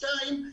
דבר שני,